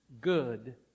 good